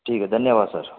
ठीक है धन्यवाद सर